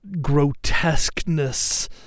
grotesqueness